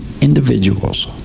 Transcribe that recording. individuals